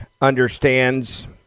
understands